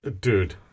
Dude